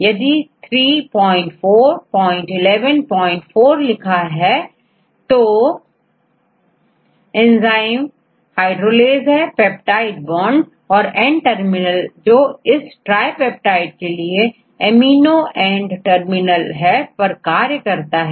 यदि34114 लिखा हो तो यह hydrolase एंजाइम है पेप्टाइड बॉन्ड और एंड टर्मिनल जो इस ट्राई पेप्टाइड के लिए एमिनो एंड टर्मिनल है पर कार्य करता है